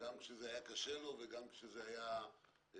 גם כשזה היה קשה לו וגם כשזה היה כרוך,